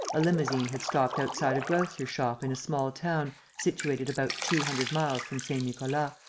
a limousine had stopped outside a grocer's shop in a small town situated about two hundred miles from saint-nicolas,